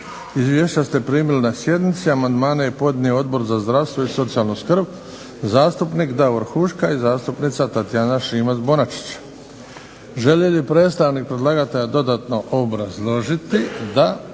Izvješća ste primili na sjednici. Amandmane je podnio Odbor za zdravstvo i socijalnu skrb, zastupnik Davor Huška i zastupnica Tatjana Šimac Bonačić. Želi li predstavnik predlagatelja dodatno obrazložiti? Da.